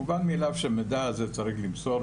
מובן מאליו שאת המידע הזה צריך למסור,